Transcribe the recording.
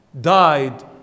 died